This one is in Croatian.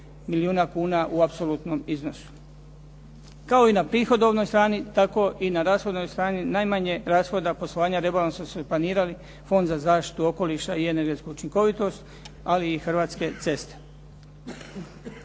milijuna kuna u apsolutnom iznosu. Kao i na prihodovnoj strani tako i na rashodovnoj strani najmanje rashoda poslovanja rebalansa su planirali Fond za zaštitu okoliša i energetsku učinkovitost ali i Hrvatske ceste.